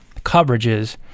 coverages